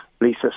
Lisa